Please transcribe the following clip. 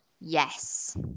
Yes